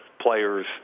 player's